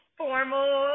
formal